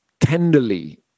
tenderly